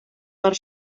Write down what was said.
per